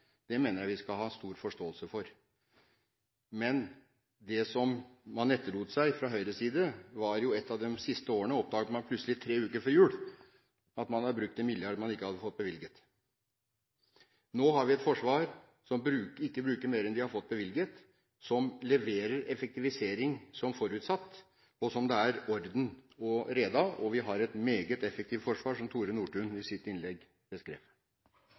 én, mener jeg vi skal ha stor forståelse for. Men det man etterlot seg fra Høyres side, var at man et av de siste årene tre uker før jul plutselig oppdaget at man hadde brukt 1 mrd. kr som man ikke hadde fått bevilget. Nå har vi et forsvar som ikke bruker mer enn de har fått bevilget, som leverer effektivisering som forutsatt, og hvor det er «orden og reda». Vi har et meget effektivt forsvar, noe Tore Nordtun beskrev i sitt innlegg.